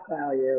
value